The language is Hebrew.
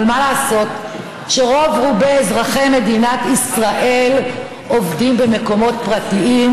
אבל מה לעשות שרוב-רובם של אזרחי מדינת ישראל עובדים במקומות פרטיים,